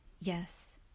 yes